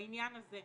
בעניין הזה,